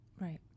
right